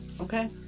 Okay